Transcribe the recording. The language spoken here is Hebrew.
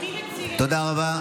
תודה רבה.